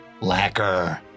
lacquer